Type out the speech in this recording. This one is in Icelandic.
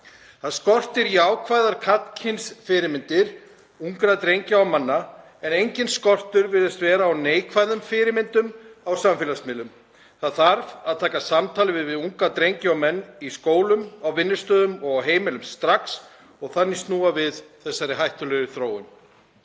Það skortir jákvæðar karlkyns fyrirmyndir ungra drengja og manna en enginn skortur virðist vera á neikvæðum fyrirmyndum á samfélagsmiðlum. Það þarf að taka samtalið við unga drengi og menn í skólum, á vinnustöðum og á heimilum strax og þannig snúa við þessari hættulegu þróun.